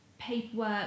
Paperwork